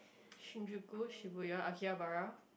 Shinjuku Shibuya Akihabara